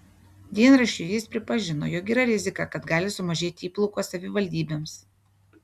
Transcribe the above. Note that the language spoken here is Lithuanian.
dienraščiui jis pripažino jog yra rizika kad gali sumažėti įplaukos savivaldybėms